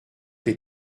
les